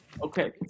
Okay